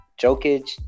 Jokic